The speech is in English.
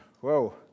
Whoa